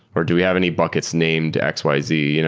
or do we have any buckets named x, y, z? you know